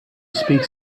speak